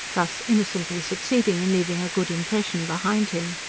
thus innocently succeeding in leaving a good impression behind him.